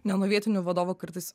ne nuo vietinio vadovo kartais